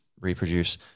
reproduce